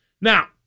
Now